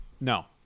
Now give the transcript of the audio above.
No